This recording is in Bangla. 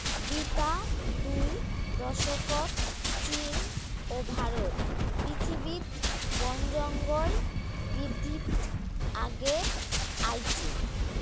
বিতা দুই দশকত চীন ও ভারত পৃথিবীত বনজঙ্গল বিদ্ধিত আগে আইচে